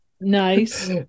nice